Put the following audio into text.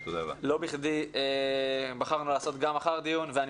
לא בכדי בחרנו לקיים גם מחר דיון ואני